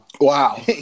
Wow